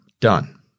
done